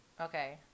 okay